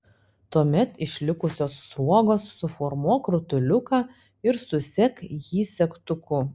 tuomet iš likusios sruogos suformuok rutuliuką ir susek jį segtuku